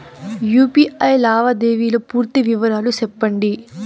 UPI లావాదేవీల పూర్తి వివరాలు సెప్పండి?